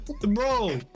Bro